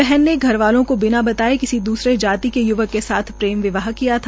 बहन ने घर वालों को बिना बताएं किसी दूसरे जाति के य्वक के साथ प्रेम विवाह किया था